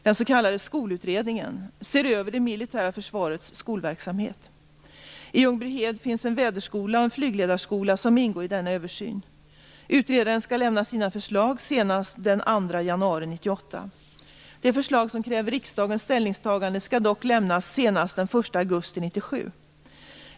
Den s.k. skolutredningen ser över det militära försvarets skolverksamhet. I Ljungbyhed finns en väderskola och en flygledarskola som ingår i denna översyn. Utredaren skall lämna sina förslag senast den 2 januari 1998. De förslag som kräver riksdagens ställningstagande skall dock lämnas senast den 1 augusti 1997.